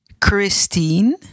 Christine